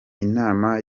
inama